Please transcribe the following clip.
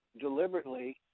deliberately